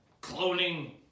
cloning